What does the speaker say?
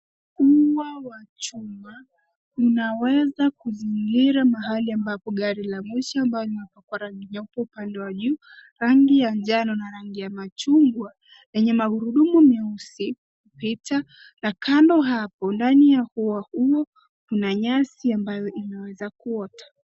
Ua wa chuma unaweza kuzingira mahali ambapo gari la moshi ambalo limepakwa rangi nyeupe upande wa juu, rangi ya njano na rangi ya machungwa lenye magurudumu meusi pia, na kando hapo ndani ya ua huo kuna nyasi ambayo inaweza kuota.